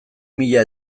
mila